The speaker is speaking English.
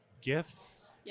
gifts